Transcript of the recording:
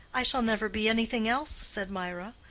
i shall never be anything else, said mirah.